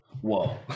whoa